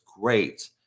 great